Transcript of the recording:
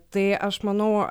tai aš manau